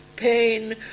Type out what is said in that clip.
Pain